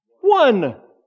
one